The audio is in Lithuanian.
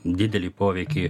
didelį poveikį